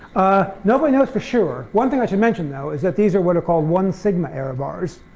ah nobody knows for sure. one thing i should mention though is that these are what are called one sigma error bars,